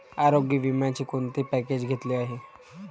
आरोग्य विम्याचे कोणते पॅकेज घेतले आहे?